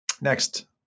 next